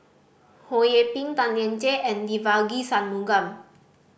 Ho Yee Ping Tan Lian Chye and Devagi Sanmugam